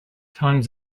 times